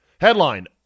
headline